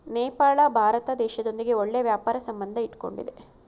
ನೇಪಾಳ ಭಾರತ ದೇಶದೊಂದಿಗೆ ಒಳ್ಳೆ ವ್ಯಾಪಾರ ಸಂಬಂಧ ಇಟ್ಕೊಂಡಿದ್ದೆ